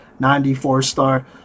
94-star